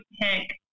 pick